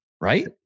Right